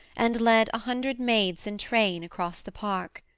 and led a hundred maids in train across the park.